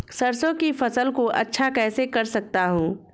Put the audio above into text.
सरसो की फसल को अच्छा कैसे कर सकता हूँ?